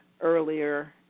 earlier